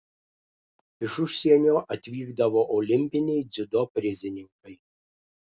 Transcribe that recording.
iš užsienio atvykdavo olimpiniai dziudo prizininkai